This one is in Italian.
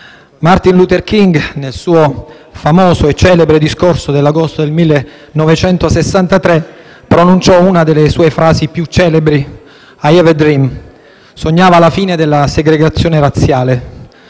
Martin Luther King nel suo famoso e celebre discorso dell'agosto del 1963 pronunciò una delle sue frasi più celebri: «*I have a dream*». Sognava la fine della segregazione razziale.